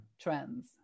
trends